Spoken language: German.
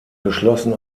geschlossen